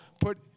put